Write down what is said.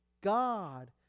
God